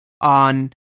on